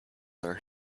are